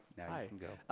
now you can go.